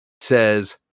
says